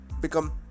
become